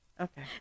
Okay